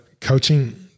coaching